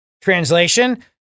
Translation